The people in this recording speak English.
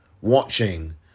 watching